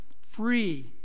free